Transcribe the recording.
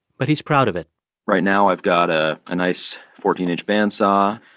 but he's proud of it right now, i've got a nice fourteen inch band saw,